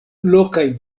lokaj